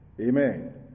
Amen